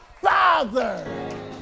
Father